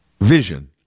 vision